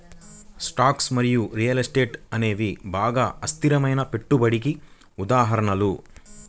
stocks మరియు real estate అనేవి బాగా అస్థిరమైన పెట్టుబడికి ఉదాహరణలు